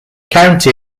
county